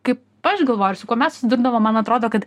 kaip aš galvoju ir su kuo mes susidurdavom man atrodo kad